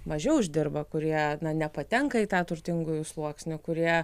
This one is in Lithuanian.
mažiau uždirba kurie nepatenka į tą turtingųjų sluoksnį kurie